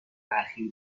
اخیر